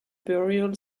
burial